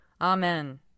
Amen